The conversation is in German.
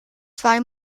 zwei